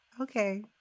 okay